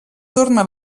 torna